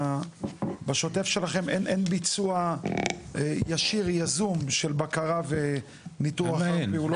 בשוטף שלכם אין ביצוע ישיר יזום של בקרה וניטור אחר פעולות.